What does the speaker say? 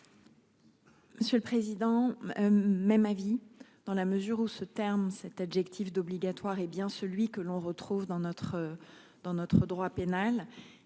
Monsieur le président. Même avis dans la mesure où ce terme cet adjectif d'obligatoire hé bien celui que l'on retrouve dans notre. Dans